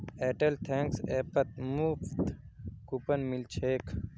Airtel thanks ऐपत मुफ्त coupon मिल छेक